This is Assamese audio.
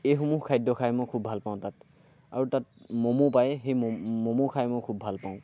এই সমূহ খাদ্য খাই মই খুব ভাল পাওঁ তাত আৰু তাত ম'ম' পায় সেই ম'ম' খাই খুব ভাল পাওঁ